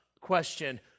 question